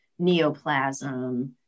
neoplasm